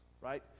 right